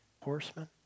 horsemen